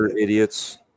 Idiots